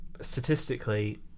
statistically